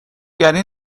گری